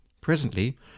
presently